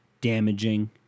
damaging